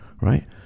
right